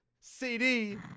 CD